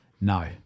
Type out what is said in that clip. no